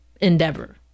endeavor